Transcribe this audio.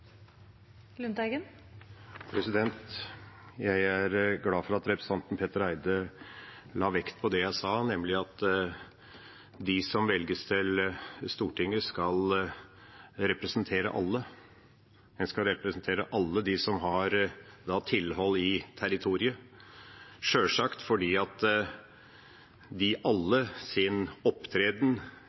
Jeg er glad for at representanten Petter Eide la vekt på det jeg sa, nemlig at de som velges til Stortinget, skal representere alle. De skal representere alle som har tilhold i territoriet – sjølsagt fordi